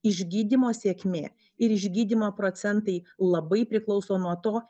išgydymo sėkmė ir išgydymo procentai labai priklauso nuo to